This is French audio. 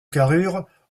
carrure